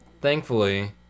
Thankfully